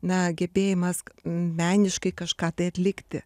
na gebėjimas meniškai kažką tai atlikti